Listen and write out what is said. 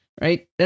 right